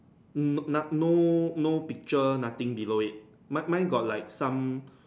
mm not no no picture nothing below it mine mine got like some